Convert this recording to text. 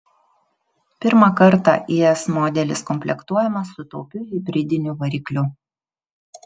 pirmą kartą is modelis komplektuojamas su taupiu hibridiniu varikliu